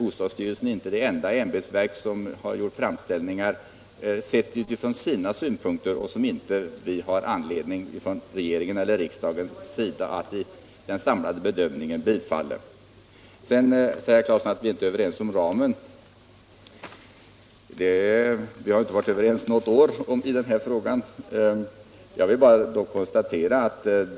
Bostadsstyrelsen är inte det enda ämbetsverk som har gjort framställningar baserade på sina speciella synpunkter. Alla krav och framställningar kan regering och riksdag inte i den samlade bedömningen bifalla. Herr Claeson säger också att vi inte är överens om de ramar som givits beträffande lånebeloppets storlek, och det är bara att konstatera att vi inte något år har varit överens i dessa frågor.